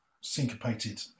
syncopated